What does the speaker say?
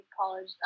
college